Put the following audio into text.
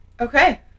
Okay